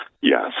Yes